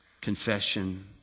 confession